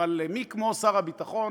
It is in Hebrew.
אבל מי כמו שר הביטחון,